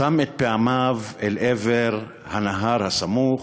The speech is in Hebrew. שם פעמיו אל עבר הנהר הסמוך,